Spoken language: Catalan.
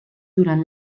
durant